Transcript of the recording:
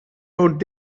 woont